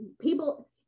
people